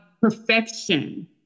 perfection